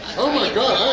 oh my god,